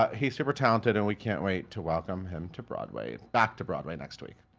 he's super talented, and we can't wait to welcome him to broadway, back to broadway, next week.